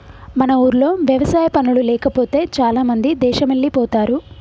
మన ఊర్లో వ్యవసాయ పనులు లేకపోతే చాలామంది దేశమెల్లిపోతారు